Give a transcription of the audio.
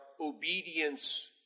obedience